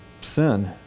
sin